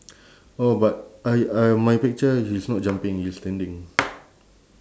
oh but I uh my picture he's not jumping he's standing